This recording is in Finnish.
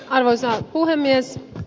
arvoisa puhemies